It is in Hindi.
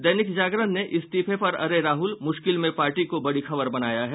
दैनिक जागरण ने इस्तीफे पर अड़े राहुल मुश्किल में पार्टी को बड़ी खबर बनाया है